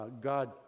God